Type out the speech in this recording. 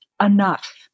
enough